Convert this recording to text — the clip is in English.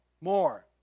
more